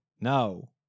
No